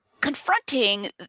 confronting